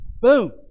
Boom